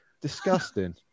Disgusting